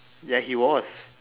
ya he was